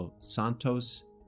Santos